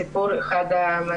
הסיפור הזה הוא אחד המזעזעים.